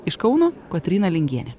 iš kauno kotryna lingienė